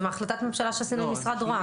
זה מהחלטת הממשלה שעשינו עם משרד רוה"מ.